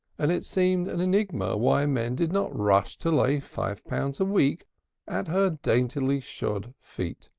and it seemed an enigma why men did not rush to lay five pounds a week at her daintily shod feet.